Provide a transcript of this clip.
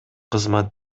кызмат